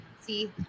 See